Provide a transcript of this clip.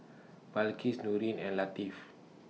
Balqis Nurin and Latif